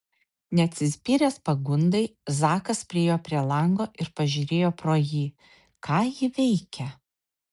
neatsispyręs pagundai zakas priėjo prie lango ir pažiūrėjo pro jį ką ji veikia